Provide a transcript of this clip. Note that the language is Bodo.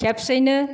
खेबसेयैनो